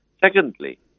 Secondly